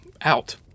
out